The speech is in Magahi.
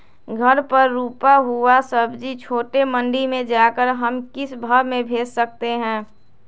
घर पर रूपा हुआ सब्जी छोटे मंडी में जाकर हम किस भाव में भेज सकते हैं?